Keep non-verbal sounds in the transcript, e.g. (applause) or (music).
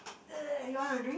(noise) you want a drink